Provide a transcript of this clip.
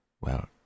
Well